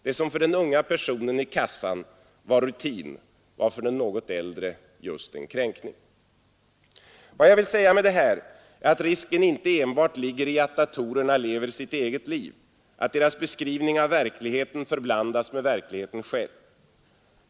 Det som för den unga personen i kassan var rutin var för den något äldre just en kränkning. Vad jag vill säga med detta är att risken inte enbart ligger i att datorerna lever sitt eget liv, att deras beskrivning av verkligheten förblandas med verkligheten själv.